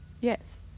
Yes